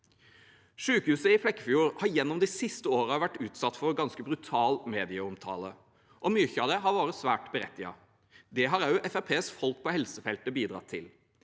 Sykehuset i Flekkefjord har gjennom de siste årene vært utsatt for ganske brutal medieomtale, og mye av det har vært svært berettiget. Dette har også Fremskrittspartiets folk på helsefeltet bidratt til.